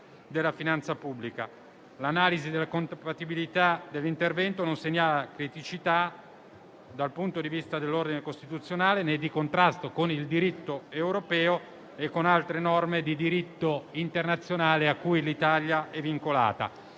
della finanza pubblica. L'analisi della compatibilità dell'intervento non segnala criticità dal punto di vista dell'ordine costituzionale, né di contrasto con il diritto europeo e con altre norme di diritto internazionale a cui l'Italia è vincolata.